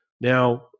Now